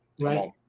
Right